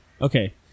Okay